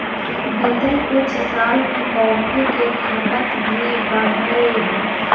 बीतल कुछ साल में कॉफ़ी के खपत भी बढ़लय हें